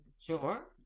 Sure